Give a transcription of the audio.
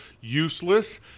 useless